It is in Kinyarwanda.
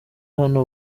hano